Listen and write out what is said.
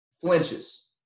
flinches